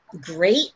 Great